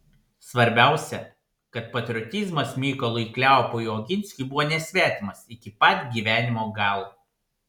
svarbiausia kad patriotizmas mykolui kleopui oginskiui buvo nesvetimas iki pat gyvenimo galo